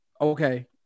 Okay